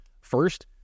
First